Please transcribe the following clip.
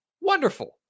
wonderful